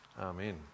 amen